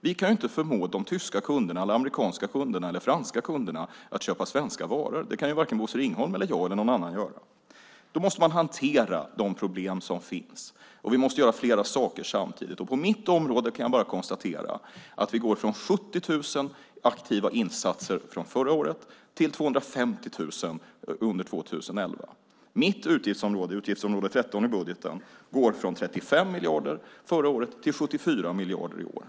Vi kan inte förmå de tyska, amerikanska eller franska kunderna att köpa svenska varor. Det kan varken Bosse Ringholm, jag eller någon annan göra. Då måste man hantera de problem som finns, och vi måste göra flera saker samtidigt. På mitt område kan jag bara konstatera att vi går från 70 000 aktiva insatser förra året till 250 000 under 2011. Mitt utgiftsområde, nr 13, i budgeten går från 35 miljarder förra året till 74 miljarder i år.